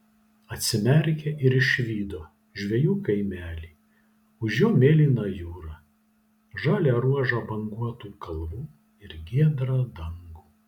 atsimerkė ir išvydo žvejų kaimelį už jo mėlyną jūrą žalią ruožą banguotų kalvų ir giedrą dangų